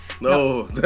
No